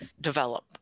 develop